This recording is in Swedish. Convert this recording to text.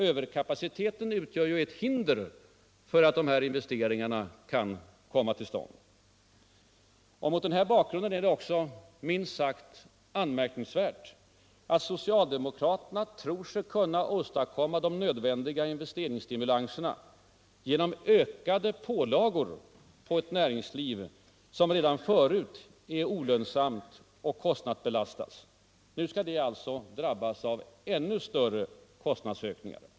Överkapaciteten utgör ett hinder för att dessa investeringar kan komma till stånd. Mot den här bakgrunden är det också minst sagt anmärkningsvärt att socialdemokraterna tror sig kunna åstadkomma de nödvändiga investeringsstimulanserna genom ökade pålagor på ett näringsliv som redan förut är olönsamt och kostnadsbelastat. Nu skulle det alltså drabbas av ännu större kostnadsökningar.